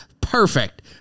perfect